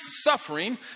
suffering